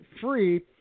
free